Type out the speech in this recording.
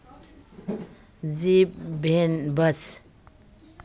jeep van bus